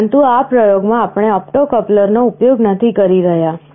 પરંતુ આ પ્રયોગમાં આપણે ઓપ્ટો કપ્લર નો ઉપયોગ નથી કરી રહ્યાં